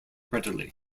readily